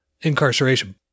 incarceration